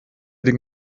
den